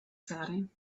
setting